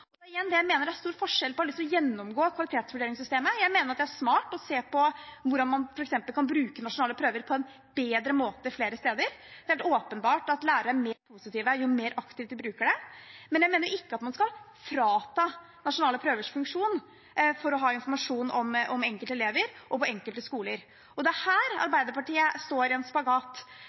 Jeg mener det er stor forskjell på det og å ha lyst til å gjennomgå kvalitetsvurderingssystemet. Jeg mener det er smart å se på hvordan man kan bruke nasjonale prøver på en bedre måte flere steder. Det er helt åpenbart at lærere er mer positive jo mer aktivt de bruker det, men jeg mener ikke at man skal frata nasjonale prøver funksjonen for informasjon om enkelte elever og enkelte skoler. Det er her Arbeiderpartiet står i en spagat